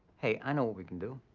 hey, i know what we can do.